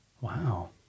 Wow